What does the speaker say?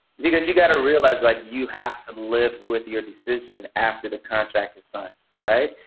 because you gotta realize, like you have to live with your decision after the contract is signed, right.